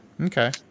Okay